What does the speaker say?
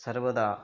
सर्वदा